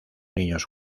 niños